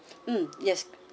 mm yes